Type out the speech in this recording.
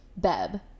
Beb